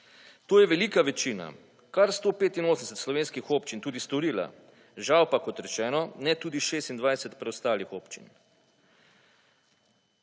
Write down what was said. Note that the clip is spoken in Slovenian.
To je velika večina, kar 185 slovenskih občin tudi storila, žal pa, kot rečeno, ne tudi 26 preostalih občin.